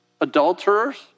adulterers